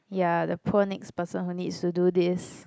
ya the poor next person who needs to do this